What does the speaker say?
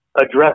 address